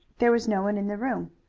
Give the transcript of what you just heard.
there was no one in the room.